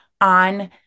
on